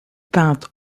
peinte